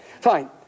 Fine